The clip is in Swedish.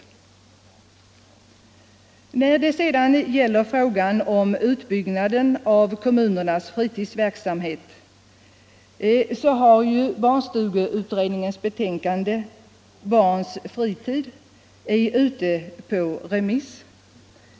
Barnstugeutredningens betänkande ”Barns fritid”, som gäller utbyggnaden av kommunernas fritidsverksamhet, är ute på remiss.